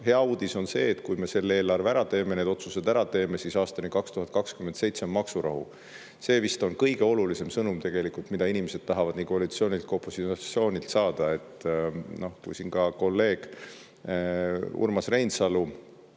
uudis on see, et kui me selle eelarve ära teeme, need otsused ära teeme, siis aastani 2027 on maksurahu. See vist on kõige olulisem sõnum tegelikult, mida inimesed tahavad nii koalitsioonilt kui opositsioonilt saada. Kui siin ka kolleeg Urmas Reinsalu